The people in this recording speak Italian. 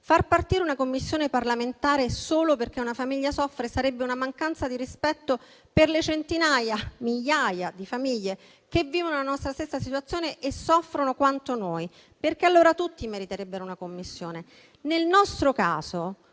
Far partire una Commissione parlamentare solo perché una famiglia soffre sarebbe una mancanza di rispetto per le centinaia, migliaia di famiglie che vivono la nostra stessa situazione e soffrono quanto noi, perché allora tutti meriterebbero una Commissione. Nel nostro caso